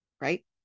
right